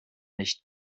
nicht